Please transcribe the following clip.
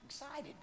excited